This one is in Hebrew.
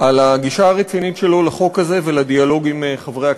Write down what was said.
על הגישה הרצינית שלו לחוק הזה ולדיאלוג עם חברי הכנסת.